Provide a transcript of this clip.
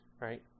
right